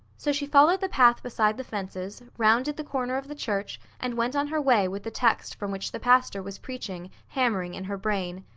so she followed the path beside the fences, rounded the corner of the church and went on her way with the text from which the pastor was preaching, hammering in her brain.